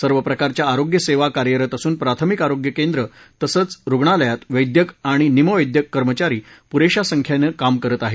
सर्व प्रकारच्या आरोग्य सेवा कार्यरत असून प्राथमिक आरोग्य केंद्र तसंच रुग्णालयात वैद्यक आणि निम वैद्यक कर्मचारी पुरेशा संख्येनं काम करीत आहेत